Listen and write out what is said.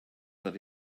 that